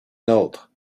nôtres